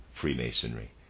Freemasonry